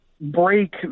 break